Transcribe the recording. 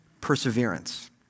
perseverance